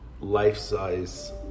life-size